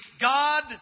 God